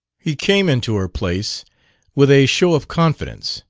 he came into her place with a show of confidence,